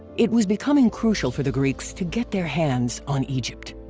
it was becoming crucial for the greeks to get their hands on egypt.